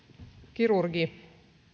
kirurgi